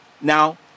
now